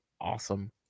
awesome